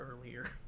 earlier